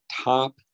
top